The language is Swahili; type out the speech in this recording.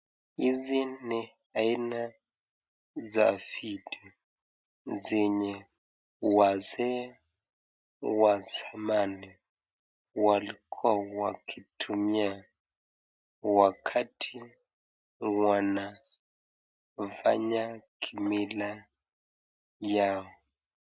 Hizi ni aina za vitu zenye wazee wa zamani walikuwa wakitumia wakati wanafanya kimila yao.